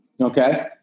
Okay